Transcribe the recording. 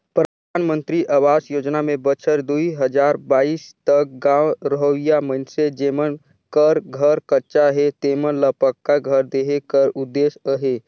परधानमंतरी अवास योजना में बछर दुई हजार बाइस तक गाँव रहोइया मइनसे जेमन कर घर कच्चा हे तेमन ल पक्का घर देहे कर उदेस अहे